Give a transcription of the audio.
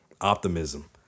optimism